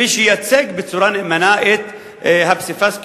שייצג בצורה נאמנה את הפסיפס,